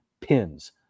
pins